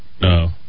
No